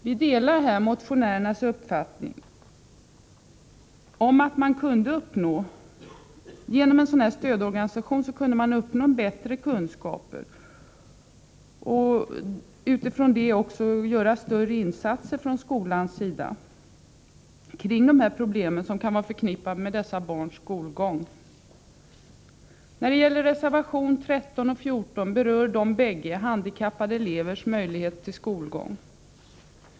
Vi delar här motionärernas uppfattning att man genom en sådan här stödorganisation kunde uppnå bättre kunskaper och att man utifrån en sådan stödorganisation också kunde göra större insatser från skolans sida kring de olika problem som kan vara förknippade med dessa barns skolgång. Reservationerna 13 och 14 berör handikappade elevers möjlighet till skolgång.